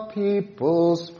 peoples